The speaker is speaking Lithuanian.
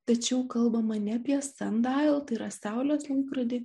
tačiau kalbama ne apie sandail tai yra yra saulės laikrodį